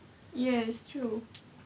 yes true